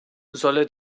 solle